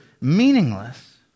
meaningless